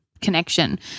connection